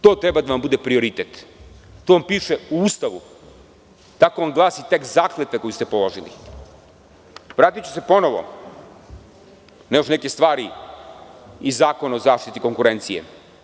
To treba da vam bude prioritet, to vam piše u Ustavu, tako vam glasi tekst zakletve koju ste položili, a ja ću se vratiti ponovo na još neke stvari i iz Zakona o zaštiti konkurencije.